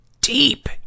deep